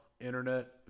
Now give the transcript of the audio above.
Internet